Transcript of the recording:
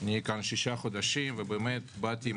נמצא כאן שישה חודשים ובאמת באתי עם